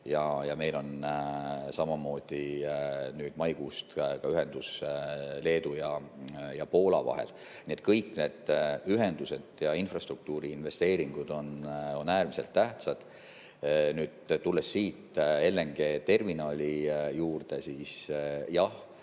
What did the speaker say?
näol ja samamoodi on maikuust ühendus Leedu ja Poola vahel. Nii et kõik need ühendused ja infrastruktuuriinvesteeringud on äärmiselt tähtsad. Tulles siit LNG‑terminali juurde, siis jah,